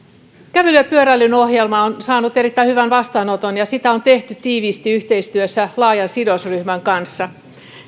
kävelyn ja pyöräilyn ohjelma on saanut erittäin hyvän vastaanoton ja sitä on tehty tiiviisti yhteistyössä laajan sidosryhmän kanssa